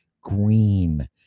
green